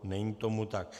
Není tomu tak.